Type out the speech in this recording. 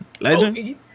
legend